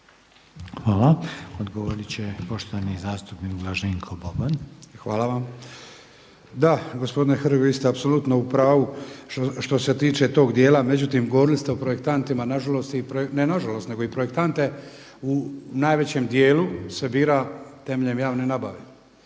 Hvala. Odgovorit će poštovani zastupnik Blaženko Boban. **Boban, Blaženko (HDZ)** Hvala vam. Da gospodine Hrg vi ste apsolutno u pravu što se tiče tog djela, međutim govorili ste o projektantima, nažalost, ne nažalost nego i projektante u najvećem djelu se bira temeljem javne nabave.